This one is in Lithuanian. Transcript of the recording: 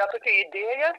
ta tokia idėja